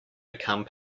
become